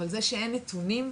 אבל זה שאין נתונים,